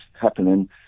happening